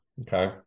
Okay